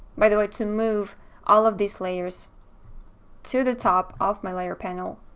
by the way, to move all of these layers to the top of my layer panel,